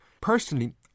Personally